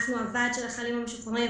אנחנו הוועד של החיילים המשוחררים,